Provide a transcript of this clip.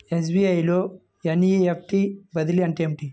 SBI లో NEFT బదిలీ అంటే ఏమిటి?